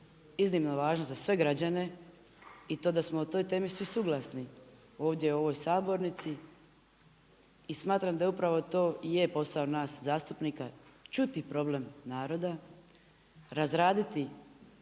iznimno važna za sve građane i to da smo o toj temi svi suglasni ovdje u ovoj sabornici. I smatram da i upravo to i je posao nas zastupnika čuti problem naroda, razraditi